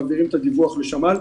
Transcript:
אנחנו מעבירים את הדיווח לשמ"ל.